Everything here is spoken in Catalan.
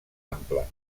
ampla